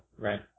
Right